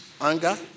anger